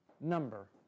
number